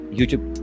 YouTube